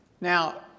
Now